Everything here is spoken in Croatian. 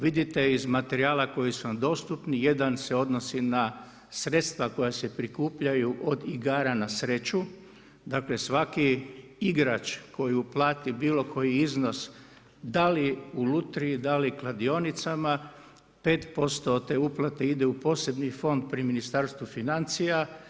Vidite iz materijala koji su vam dostupni, jedan se odnosi na sredstva koja se prikupljaju od igara na sreću, dakle svaki igrač koji uplati bilokoji iznos da li u lutriji, da li kladionicama, 5% od te uplate ide u posebni fond pri Ministarstvu financija.